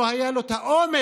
לא היה לו האומץ